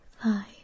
five